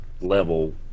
level